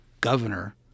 governor